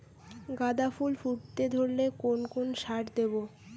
গাদা ফুল ফুটতে ধরলে কোন কোন সার দেব?